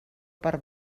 per